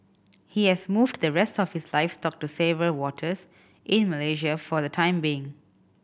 he has moved the rest of his livestock to safer waters in Malaysia for the time being